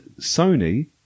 Sony